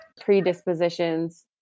predispositions